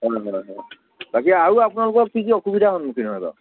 অ বাকী আৰু আপোনালোকৰ কি কি অসুবিধাৰ সন্মুখীন হয় বাৰু